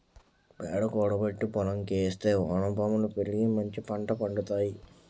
పేడ కూడబెట్టి పోలంకి ఏస్తే వానపాములు పెరిగి మంచిపంట పండుతాయి